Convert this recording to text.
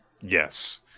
Yes